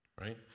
right